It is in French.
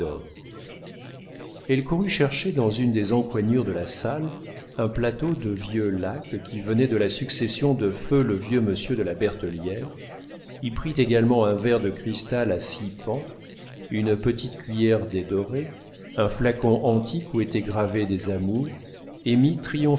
elle courut chercher dans une des encoignures de la salle un plateau de vieux laque qui venait de la succession de feu le vieux monsieur de la bertellière y prit également un verre de cristal à six pans une petite cuiller dédorée un flacon antique où étaient gravés des amours